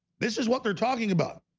this is what they're talking about